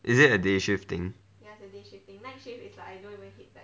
is it a day shift thing